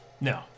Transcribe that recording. No